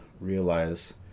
realize